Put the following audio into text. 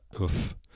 oof